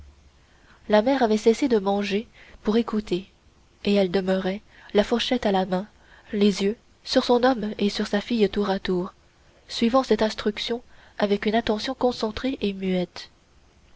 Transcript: la mère avait cessé de manger pour écouter et elle demeurait la fourchette à la main les yeux sur son homme et sur sa fille tour à tour suivant cette instruction avec une attention concentrée et muette